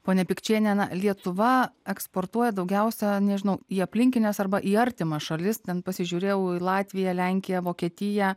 ponia pikčiene lietuva eksportuoja daugiausiai nežinau į aplinkines arba į artimas šalis ten pasižiūrėjau į latviją lenkiją vokietiją